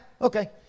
okay